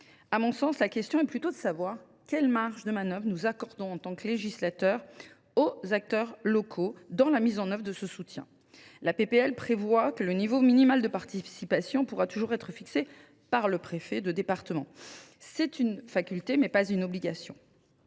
À mon sens, la question est plutôt de savoir quelles marges de manœuvre nous accordons, en tant que législateur, aux acteurs locaux dans la mise en œuvre de ce soutien. La proposition de loi prévoit que le niveau minimal de participation pourra toujours être fixé par le préfet de département. Ce sera une faculté et non une obligation.